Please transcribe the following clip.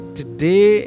today